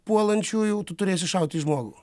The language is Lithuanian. puolančiųjų tu turėsi šauti į žmogų